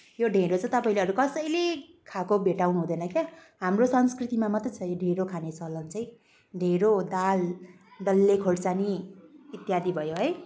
यो ढिँडो चाहिँ तपाईंँले अरू कसैले खाएको भटाउनु हुँदैन के हाम्रो संस्कृतिमा मात्रै छ यो ढिँडो खाने चलन चाहिँ ढिँडो दाल डल्ले खुर्सानी इत्यादि भयो है